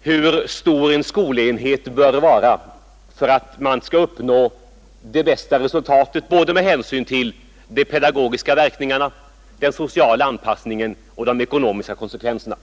hur stor en skolenhet bör vara för att man skall uppnå det bästa resultatet med hänsyn till de pedagogiska verkningarna, den sociala anpassningen och de ekonomiska konsekvenserna.